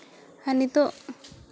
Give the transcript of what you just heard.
ᱟᱨ ᱱᱤᱛᱚᱜ